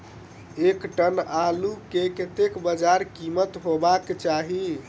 एक टन आलु केँ कतेक बजार कीमत हेबाक चाहि?